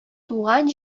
туган